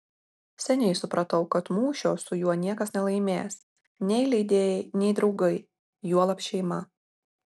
seniai supratau kad mūšio su juo niekas nelaimės nei leidėjai nei draugai juolab šeima